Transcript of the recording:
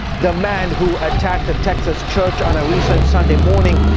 the man who attacked a texas church on a recent sunday morning,